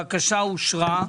הצבעה אושר הבקשה אושרה.